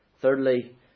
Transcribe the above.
Thirdly